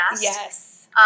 Yes